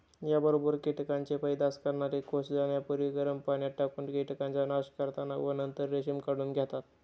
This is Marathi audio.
याबरोबर कीटकांचे पैदास करणारे कोष जाण्यापूर्वी गरम पाण्यात टाकून कीटकांचा नाश करतात व नंतर रेशीम काढून घेतात